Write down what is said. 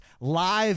live